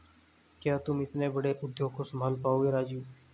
क्या तुम इतने बड़े उद्योग को संभाल पाओगे राजीव?